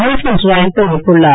Vincent Roy தெரிவித்துள்ளார்